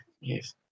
Yes